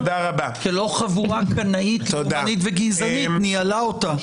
לא חבורה קנאית, לאומנית וגזענית ניהלה אותה.